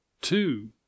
two